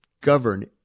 govern